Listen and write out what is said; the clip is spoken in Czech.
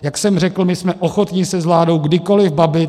Jak jsem řekl, my jsme ochotni se s vládou kdykoli bavit.